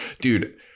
dude